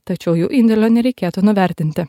tačiau jų indėlio nereikėtų nuvertinti